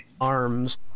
arms